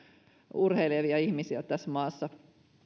urheilevia ihmisiä tässä maassa